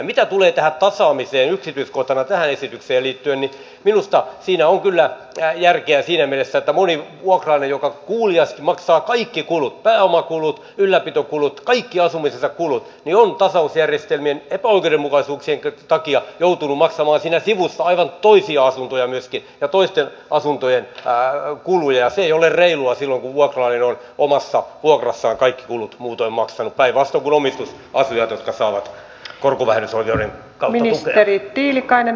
mitä tulee tähän tasaamiseen yksityiskohtana tähän esitykseen liittyen niin minusta siinä on kyllä järkeä siinä mielessä että moni vuokralainen joka kuuliaisesti maksaa kaikki kulut pääomakulut ylläpitokulut kaikki asumisensa kulut on tasausjärjestelmien epäoikeudenmukaisuuksien takia joutunut maksamaan siinä sivussa aivan toisia asuntoja myöskin ja toisten asuntojen kuluja ja se ei ole reilua silloin kun vuokralainen on omassa vuokrassaan kaikki kulut muutoin maksanut päinvastoin kuin omistusasujat jotka saavat korkovähennysoikeuden kautta tukea